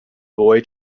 boy